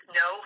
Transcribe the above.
no